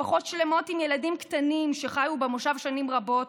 משפחות שלמות עם ילדים קטנים שחיו במושב שנים רבות,